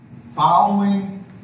following